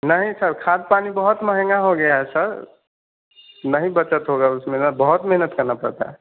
नहीं सर खाद पानी बहुत महँगा हो गया है सर नहीं बचत होगा उसमें ना बहुत मेहनत करना पड़ता है